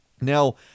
Now